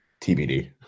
TBD